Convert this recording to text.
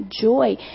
joy